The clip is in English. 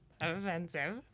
offensive